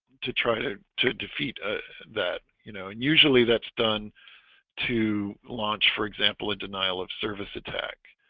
to try to to defeat ah that you know and usually that's done to launch for example in denial of service attack